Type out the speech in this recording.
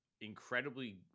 incredibly